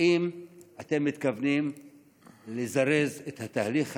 האם אתם מתכוונים לזרז את התהליך הזה,